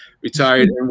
Retired